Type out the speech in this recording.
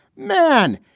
man.